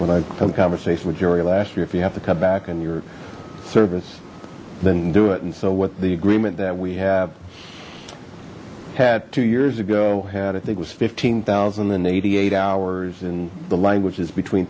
when i come conversation with jury last year if you have to come back and your service then do it and so what the agreement that we have had two years ago and i think was fifteen thousand and eighty eight hours and the languages between